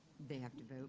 they have to vote.